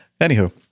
Anywho